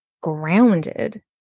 grounded